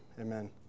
Amen